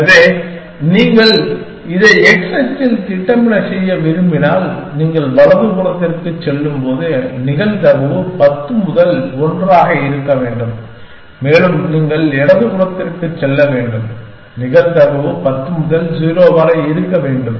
எனவே நீங்கள் இதை x அச்சில் திட்டமிட செய்ய விரும்பினால் நீங்கள் வலது புறத்திற்குச் செல்லும்போது நிகழ்தகவு 10 முதல் 1 ஆக இருக்க வேண்டும் மேலும் நீங்கள் இடது புறத்திற்குச் செல்ல வேண்டும் நிகழ்தகவு 10 முதல் 0 வரை இருக்க வேண்டும்